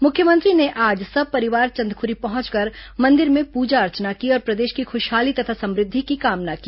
मुख्यमंत्री ने आज सपरिवार चंदखरी पहचकर मंदिर में पूजा अर्चना की और प्रदेश की खशहाली तथा समुद्धि की कामना की